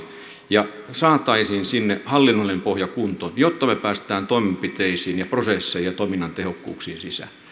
ja saataisiin sinne hallinnollinen pohja kuntoon jotta me pääsemme toimenpiteisiin ja prosesseihin ja toiminnan tehokkuuksiin sisään